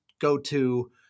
go-to